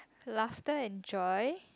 laughter and joy